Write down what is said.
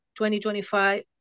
2025